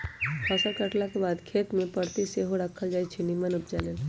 फसल काटलाके बाद खेत कें परति सेहो राखल जाई छै निम्मन उपजा लेल